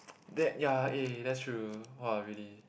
that ya eh that's true !wah! really